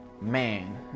man